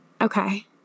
Okay